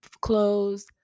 clothes